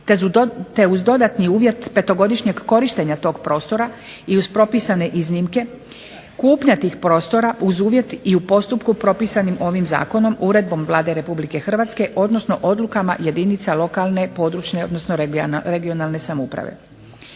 te uz dodatni uvjet petogodišnjeg korištenja tog prostora uz propisane iznimke kupnja tih prostora uz uvjete i u postupku propisanim ovim zakonom, odnosno uredbom Vlade Republike Hrvatske odnosno odlukama jedinica lokalne, područne (regionalne) samouprave.